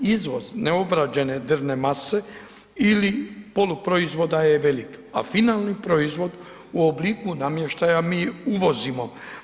Izvoz neobrađene drvne mase ili poluproizvoda je velik a finalni proizvod u obliku namještaja mi uvozimo.